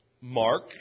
Mark